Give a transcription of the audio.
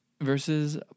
versus